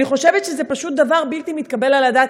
אני חושבת שזה פשוט דבר בלתי מתקבל על הדעת.